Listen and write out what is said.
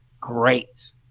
great